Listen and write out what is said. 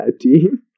team